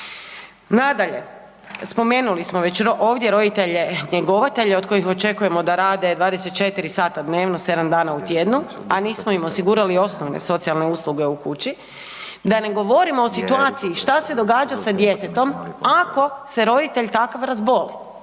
Nadalje, spomenuli smo već ovdje roditelje njegovatelje od kojih očekujemo da rade 24 sata dnevno 7 dana u tjednu, a nismo im osigurali osnovne socijalne usluge u kući, da ne govorimo o situaciji šta se događa sa djetetom ako se roditelj takav razboli.